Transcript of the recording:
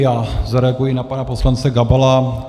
Já zareaguji na pana poslance Gabala.